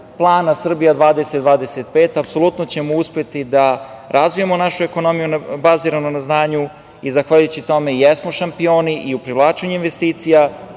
Plana „Srbija 2025“ ćemo uspeti da razvijemo našu ekonomiju baziranu na znanju i zahvaljujući tome i jesmo šampioni i u privlačenju investicija,